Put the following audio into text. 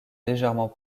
légèrement